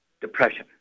depression